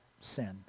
sin